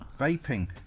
Vaping